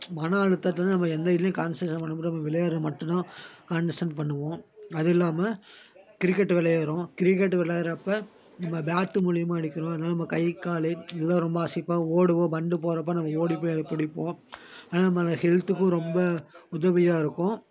மன அழுத்தத்துலருந்து நம்ம எந்த இதுலையும் கான்சன்ட்ரேஷன் பண்ண முடியாம விளையாடுறது மட்டும்தான் கான்சன்ட்ரேஷன் பண்ணுவோம் அதுவும் இல்லாம கிரிக்கெட் விளையாட்றோம் கிரிக்கெட்டு விளையாட்றப்ப நம்ம பேட்டு மூலியமாக அடிக்கிறோம் அதனால் நம்ம கை கால் இதெல்லாம் ரொம்ப அசைப்போம் ஓடுவோம் பந்து போறப்போ நம்ம ஓடி போய் அதை பிடிப்போம் அதனால் நம்ம அதை ஹெல்த்துக்கும் ரொம்ப உதவியாக இருக்கும்